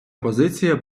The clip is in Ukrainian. позиція